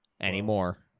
anymore